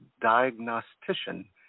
diagnostician